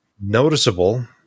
noticeable